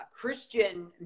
Christian